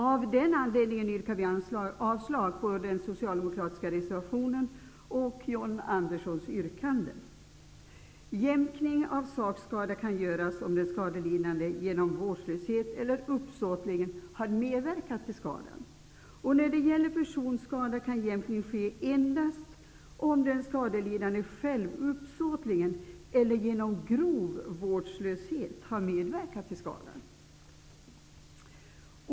Av den anledningen yrkar vi avslag på den socialdemokratiska reservationen och på John Jämkning av sakskada kan göras om den skadelidande har varit vårdslös eller uppsåtligt har medverkat till skadan. När det gäller personskada kan jämkningen ske endast om den skadelidande själv uppsåtligen eller genom grov vårdslöshet har medverkat till skadan.